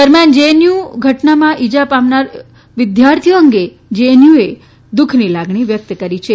દરમ્યાન જેએનયુએ ઘટનામાં ઈજા પામનાર વિદ્યાર્થીઓ અંગે દુઃખની લાગણી વ્યક્ત કરી છે